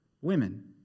women